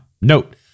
note